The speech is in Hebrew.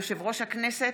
יושב-ראש הכנסת,